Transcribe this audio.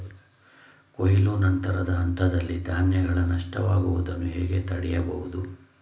ಕೊಯ್ಲು ನಂತರದ ಹಂತದಲ್ಲಿ ಧಾನ್ಯಗಳ ನಷ್ಟವಾಗುವುದನ್ನು ಹೇಗೆ ತಡೆಯಬಹುದು?